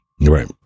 Right